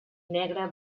negra